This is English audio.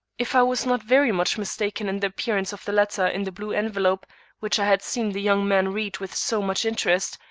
if i was not very much mistaken in the appearance of the letter in the blue envelope which i had seen the young man read with so much interest,